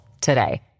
today